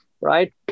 right